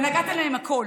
ונתתם להם הכול.